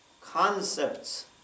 concepts